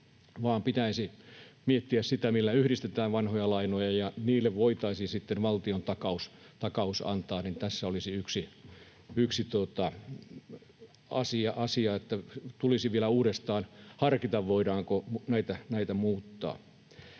vaan pitäisi miettiä sitä, millä yhdistetään vanhoja lainoja, ja niille voitaisiin sitten valtion takaus antaa. Tässä olisi yksi asia. Tulisi vielä uudestaan harkita, voidaanko näitä muuttaa.